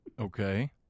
Okay